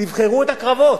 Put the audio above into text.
תבחרו את הקרבות,